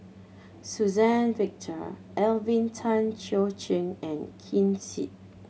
Suzann Victor Alvin Tan Cheong Kheng and Ken Seet